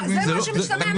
זה מה שהבנתי מהדברים.